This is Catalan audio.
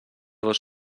dos